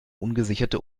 ungesicherte